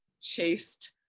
chaste